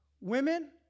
women